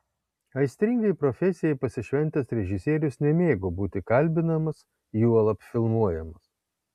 aistringai profesijai pasišventęs režisierius nemėgo būti kalbinamas juolab filmuojamas